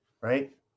right